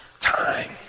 time